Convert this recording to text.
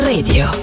Radio